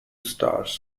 stars